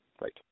Right